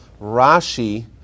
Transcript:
Rashi